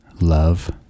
love